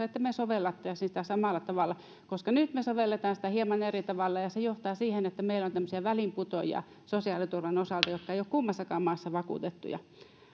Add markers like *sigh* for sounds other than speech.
*unintelligible* että me soveltaisimme sitä samalla tavalla koska nyt me sovellamme sitä hieman eri tavalla ja se johtaa siihen että meillä on tämmöisiä väliinputoajia sosiaaliturvan osalta jotka eivät ole kummassakaan maassa vakuutettuja